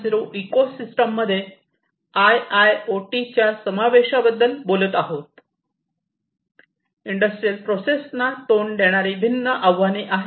0 इकोसिस्टममध्ये आयआयओटीच्या समावेशाबद्दल बोलत आहोत इंडस्ट्रियल प्रोसेसना तोंड देणारी भिन्न आव्हाने आहेत